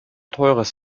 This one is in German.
teures